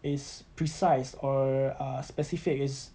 is precise or ah specific is